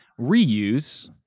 reuse